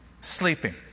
sleeping